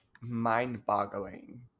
mind-boggling